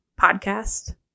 podcast